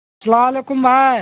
سلام علیکم بھائی